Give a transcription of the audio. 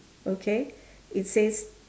okay it says